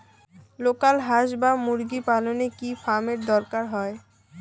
Local হাস বা মুরগি পালনে কি ফার্ম এর দরকার হয়?